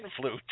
Flute